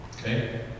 Okay